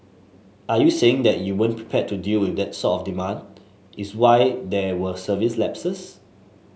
are you saying that you weren't prepared to deal with that sort of demand is why there were service lapses